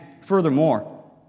furthermore